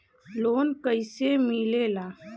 Loan कईसे मिलेला?